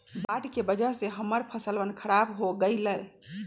बाढ़ के वजह से हम्मर फसलवन खराब हो गई लय